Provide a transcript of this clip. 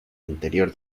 interior